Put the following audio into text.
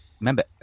Remember